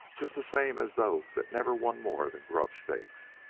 just the same as those that never won more than grub-stakes.